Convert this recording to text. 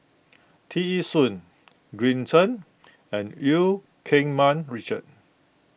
Tear Ee Soon Green Zeng and Eu Keng Mun Richard